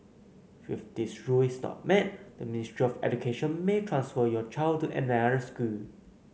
if this rule is not met the Ministry of Education may transfer your child to another school